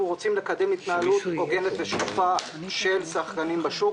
אנחנו רוצים לקדם התנהלות הוגנת ושקופה של שחקנים בשוק,